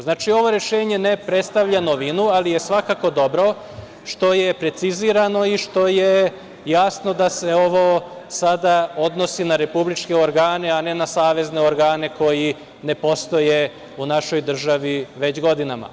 Znači, ovo rešenje ne predstavlja novinu, ali je svakako dobro što je precizirano i što je jasno da se ovo sada odnosi na republičke organe, a ne na savezne organe koji ne postoje u našoj državi već godinama.